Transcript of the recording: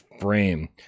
frame